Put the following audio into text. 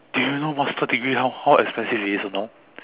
do you know masters degree how how expensive it is or not